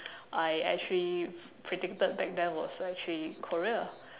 I actually predicted back then was actually korea